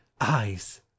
eyes